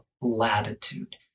latitude